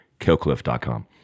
Killcliff.com